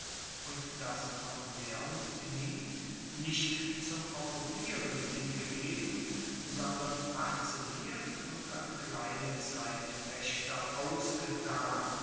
und das von leontini nicht zum okkupieren hingegeben sondern parzelliert und an kleine zeitpaechter ausgetan